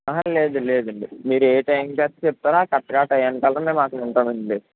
అహ లేదు లేదండి మీరు ఏ టైం దాక చెప్తారో కరక్ట్గా ఆ టయానికల్లా మేము అక్కడుంటామండి